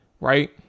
right